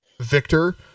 victor